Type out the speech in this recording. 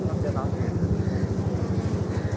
no sir last year sir okay